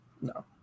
No